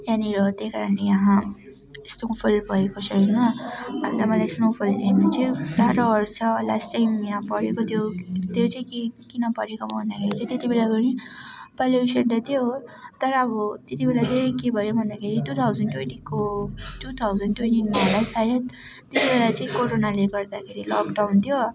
त्यहाँनिर त्यहीकारणले यहाँ स्नोफल भएको छैन अन्त मलाई स्नोफल हेर्नु चाहिँ पुरा रहर छ लास्ट टाइम यहाँ परेको थियो त्यो चाहिँ कि किन परेको भन्दाखेरि चाहिँ त्यतिबेला पनि पल्युसन त थियो तर अब त्यतिबेला चाहिँ के भयो भन्दाखेरि टू थाउजन ट्वेन्टीको टू थाउजन ट्वेन्टीमा होला सायद त्यो बेला चाहिँ कोरोनाले गर्दाखेरि लकडाउन थियो